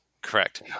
Correct